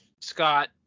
Scott